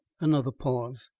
another pause.